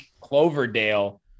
Cloverdale